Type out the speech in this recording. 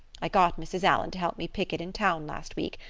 i got mrs. allan to help me pick it in town last week,